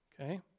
Okay